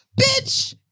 Bitch